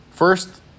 First